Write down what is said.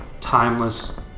timeless